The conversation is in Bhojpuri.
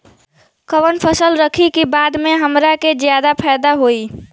कवन फसल रखी कि बाद में हमरा के ज्यादा फायदा होयी?